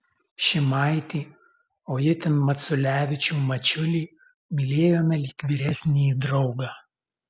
šimaitį o itin maculevičių mačiulį mylėjome lyg vyresnįjį draugą